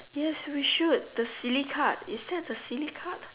yes we should the silly card is that the silly card